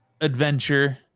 adventure